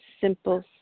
simple